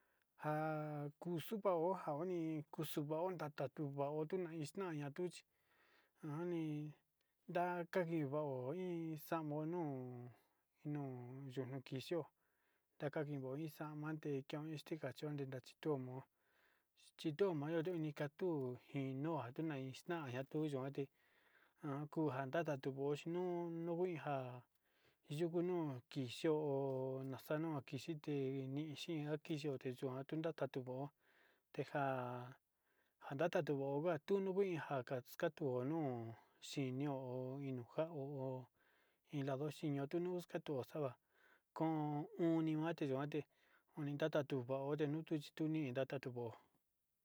Njan kuxuu va'ó nii kuxuvao ndatuvau tuña'a ixteña tuu chi ajan nii nda'a kaki va'o iin xamo nuu iin nuu xunukixu, takamo iin xamate keo tikacho ndachiteomo chitomo iin nikatu jinuu nakiti nixmaña tuu teyuate ajan kunga ndata tevo'o tixnuu nuu nuija yuku nuu kixio, nuu kixite nii nixia minute njatio ndatatu tenja anatata tuu va'o kunu hi njaka kaxtu njuu nuu xinio inojau ilando xhinio tunux kato'o xava'a ko'o one njuan tuu juate une kaka tuu va'o ndenutu chituni une kakatuvao.